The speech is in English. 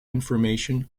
information